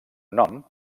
nom